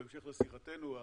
בהמשך לשיחתנו,